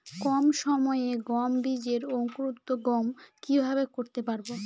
কম সময়ে গম বীজের অঙ্কুরোদগম কিভাবে করতে পারব?